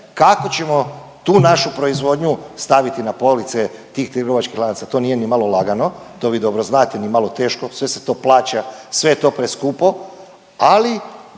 kako ćemo tu našu proizvodnju staviti na police tih trgovačkih lanaca, to nije nimalo lagano, to vi dobro znate, ni malo teško, sve se to plaća, sve je to preskupo, ali